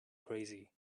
crazy